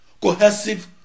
Cohesive